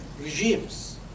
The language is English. regimes